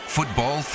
Football